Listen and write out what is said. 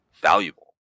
valuable